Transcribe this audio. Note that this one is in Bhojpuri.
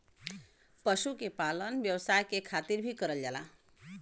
पशु के पालन व्यवसाय के खातिर भी करल जाला